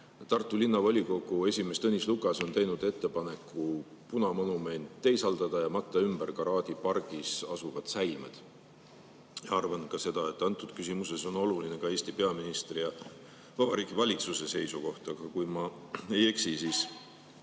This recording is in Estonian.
Tartu Linnavolikogu esimees Tõnis Lukas on teinud ettepaneku punamonument teisaldada ja matta ümber ka Raadi pargis asuvad säilmed. Arvan ka seda, et selles küsimuses on oluline ka Eesti peaministri ja Vabariigi Valitsuse seisukoht. Aga kui ma ei eksi, siis